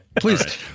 please